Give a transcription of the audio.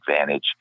advantage